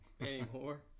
anymore